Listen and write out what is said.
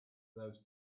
those